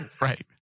right